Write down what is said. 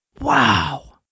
Wow